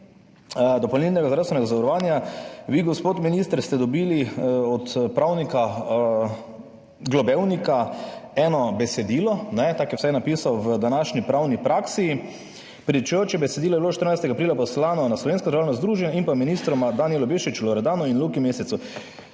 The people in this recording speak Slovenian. dopolnilnega zdravstvenega zavarovanja ste vi, gospod minister, dobili od pravnika Globevnika eno besedilo, kajne? Tako je vsaj napisal v današnji Pravni praksi: pričujoče besedilo je bilo 14. aprila poslano na Slovensko državno združenje in ministroma Danijelu Bešiču Loredanu in Luki Mescu.